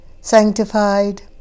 sanctified